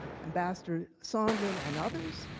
ambassador sondland, and others.